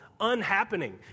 unhappening